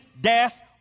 death